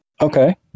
okay